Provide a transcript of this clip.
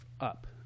up